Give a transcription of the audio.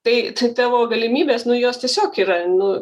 tai tai tavo galimybės nu jos tiesiog yra nu